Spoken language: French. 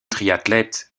triathlète